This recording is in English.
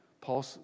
Paul